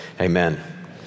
Amen